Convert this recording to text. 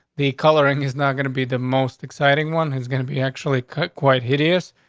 the coloring is not gonna be the most exciting one who's gonna be actually cut quite hideous.